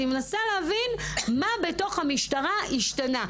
אני מנסה להבין מה בתוך המשטרה השתנה.